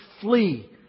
flee